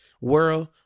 world